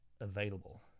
available